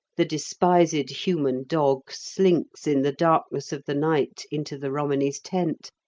the despised human dog slinks in the darkness of the night into the romany's tent,